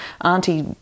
Auntie